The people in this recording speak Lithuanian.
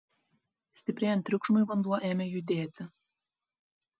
stiprėjant triukšmui vanduo ėmė judėti